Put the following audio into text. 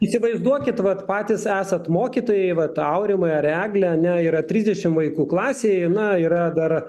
įsivaizduokit vat patys esat mokytojai vat aurimai ar eglė ane yra trisdešimt vaikų klasėje ane yra dar